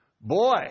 Boy